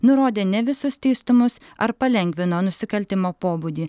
nurodė ne visus teistumus ar palengvino nusikaltimo pobūdį